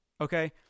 Okay